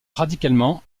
radicalement